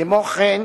כמו כן,